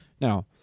Now